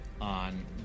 on